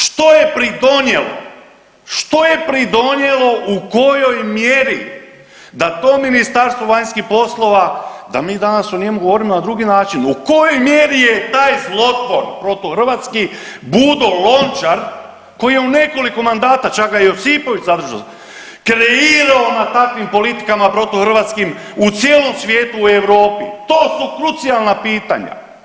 Što je pridonijelo, što je pridonijelo, u kojoj mjeri da to Ministarstvo vanjskih poslova da mi danas o njemu govorimo na drugi način, u kojoj mjeri je taj zlotvor protuhrvatski Budo Lončar koji je u nekoliko mandata, čak ga je i Josipović zadržao, kreirao na takvim politikama protuhrvatskim u cijelom svijetu i u Europi, to su krucijalna pitanja.